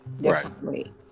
differently